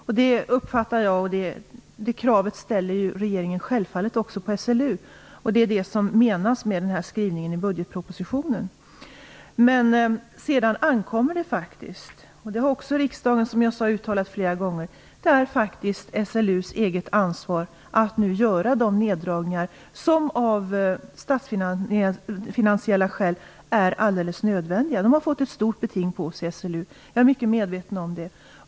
Det gäller statliga verk, universitet och högskolor. Det kravet ställer regeringen självfallet också på SLU. Det är det som menas med skrivningen i budgetpropositionen. Sedan ankommer det faktiskt på SLU att göra de neddragningar som av statsfinansiella skäl är alldeles nödvändiga. Det har riksdagen också uttalat flera gånger, som jag sade. SLU har fått ett stort sparbeting på sig. Jag är mycket medveten om det.